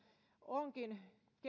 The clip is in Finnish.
onkin